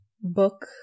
book